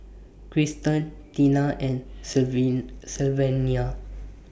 Cristen Teena and Sylvania